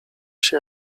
się